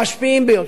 המשפיעים ביותר,